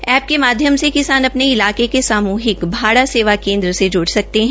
app के माध्यम से किसान अपने इलाके के सामूहिक भाड़ा सेवा केन्द्र से जूड़ सकते है